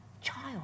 child